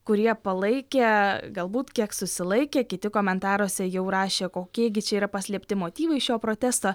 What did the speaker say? kurie palaikė galbūt kiek susilaikė kiti komentaruose jau rašė kokie gi čia yra paslėpti motyvai šio protesto